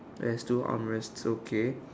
there's two arm rest okay